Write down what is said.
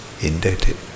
indebted